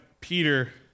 Peter